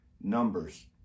Numbers